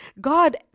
God